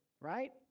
right